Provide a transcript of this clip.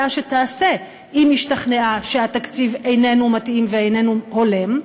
היה שתעשה אם השתכנעה שהתקציב איננו מתאים ואיננו הולם.